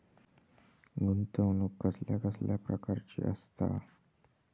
गुंतवणूक कसल्या कसल्या प्रकाराची असता?